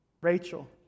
Rachel